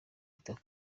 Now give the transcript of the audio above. itako